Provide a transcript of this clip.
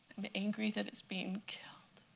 i'm angry that it's being killed.